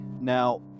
Now